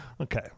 Okay